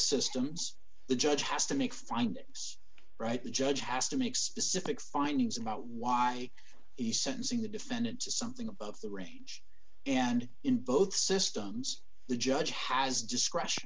systems the judge has to make findings right the judge has to make specific findings about why the sentencing the defendant to something above the range and in both systems the judge has